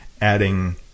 adding